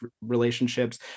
relationships